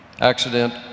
accident